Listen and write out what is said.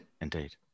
Indeed